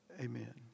amen